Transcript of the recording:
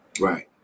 Right